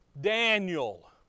Daniel